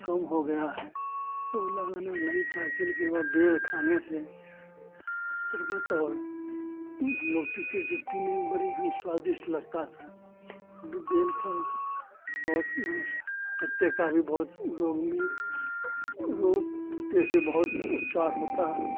कम हो गया है लोग लगाना नहीं चाहते लेकिन वह बेर खाने से शरबत और हम लोग पीते थे पीने में बड़ा ही हमें स्वादिष्ट लगता था अभी बेल का बहुत पत्ते का भी बहुत रोग में रोग पत्ते से बहुत उपचार होता है